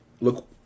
look